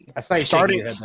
Starting